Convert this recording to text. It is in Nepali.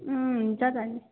अँ हुन्छ त नि